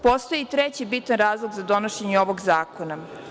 Postoji i treći bitan razlog za donošenje ovog zakona.